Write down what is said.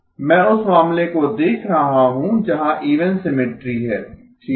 मैं उस मामले को देख रहा हूं जहां इवन सिमिट्री है ठीक है